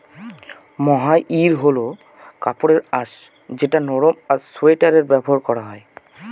মহাইর হল কাপড়ের আঁশ যেটা নরম আর সোয়াটারে ব্যবহার করা হয়